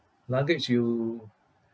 luggage you